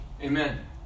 Amen